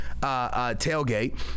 tailgate